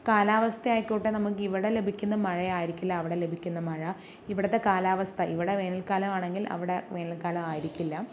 കാലാവസ്ഥയായിക്കോട്ടെ നമുക്ക് ഇവിടെ ലഭിക്കുന്ന മഴയായിരിക്കില്ല അവിടെ ലഭിക്കുന്ന മഴ ഇവിടുത്തെ കാലാവസ്ഥ ഇവിടെ വേനൽക്കാലം ആണെങ്കിൽ അവിടെ വേനൽക്കാലം ആയിരിക്കില്ല